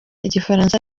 igifaransa